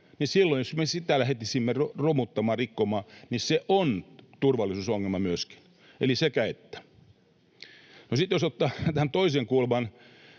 niin silloin jos me sitä lähtisimme romuttamaan ja rikkomaan, niin se on myöskin turvallisuusongelma — eli sekä että. No, sitten jos ottaa tähän toisen kulman,